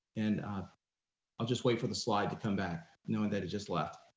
and i'll just wait for the slide to come back knowing that it just left.